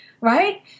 right